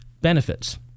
benefits